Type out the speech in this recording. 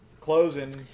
closing